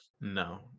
No